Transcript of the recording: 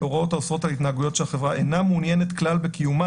הוראות האוסרות על התנהגויות שהחברה כלל אינה מעוניינת בקיומן",